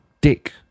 dick